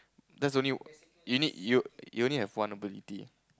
that's only you need you you only have one ability